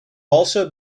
also